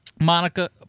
Monica